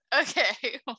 Okay